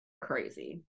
crazy